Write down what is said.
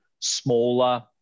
smaller